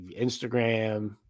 Instagram